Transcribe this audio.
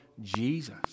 Jesus